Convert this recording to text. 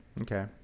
Okay